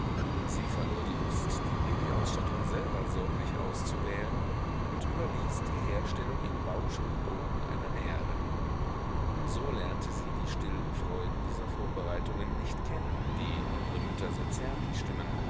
sie verlor die lust die baby ausstattung selber sorglich auszuwählen und überließ die herstellung in bausch und bogen einer näherin so lernte sie die stillen freuden dieser vorbereitungen nicht kennen die andre mütter so zärtlich stimmen